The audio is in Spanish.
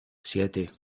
siete